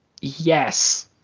yes